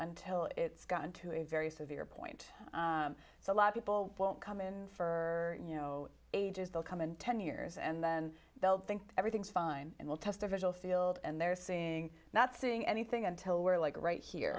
until it's gotten to a very severe point so a lot of people won't come in for you know ages they'll come in ten years and then they'll think everything's fine and they'll test the visual field and they're seeing not seeing anything until we're like right here